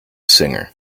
singer